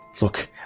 Look